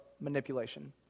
manipulation